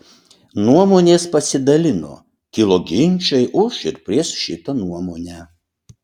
nuomonės pasidalino kilo ginčai už ir prieš šitą nuomonę